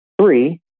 Three